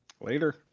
Later